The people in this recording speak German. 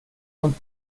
und